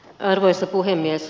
arvoisa puhemies